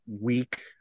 week